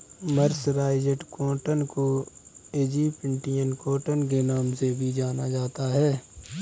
mercerised cotton को Egyptian cotton के नाम से भी जाना जाता है